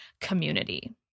community